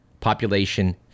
population